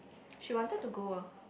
she wanted to go ah